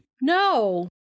No